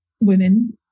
women